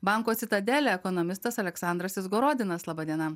banko citadele ekonomistas aleksandras izgorodinas laba diena